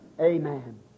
Amen